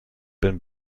been